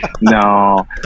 No